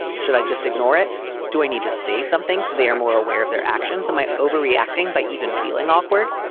should i just ignore it? do i need to say something so they are more aware of their actions and my overreacting by even feeling awkward?